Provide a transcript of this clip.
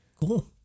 Cool